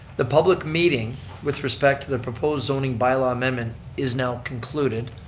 the public meeting with respect to the proposed zoning bylaw amendment is now concluded.